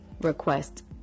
request